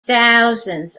thousands